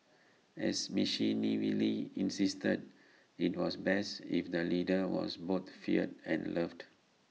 as Machiavelli insisted IT was best if the leader was both feared and loved